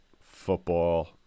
football